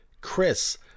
Chris